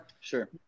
sure